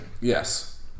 Yes